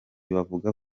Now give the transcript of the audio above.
bavuga